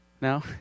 No